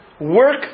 work